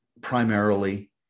primarily